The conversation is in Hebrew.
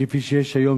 כפי שיש היום,